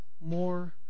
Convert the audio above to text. more